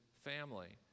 family